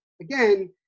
again